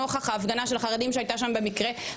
נוכח ההפגנה של החרדים שהייתה שם במקרה.